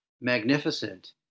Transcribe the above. magnificent